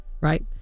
right